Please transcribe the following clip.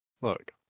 look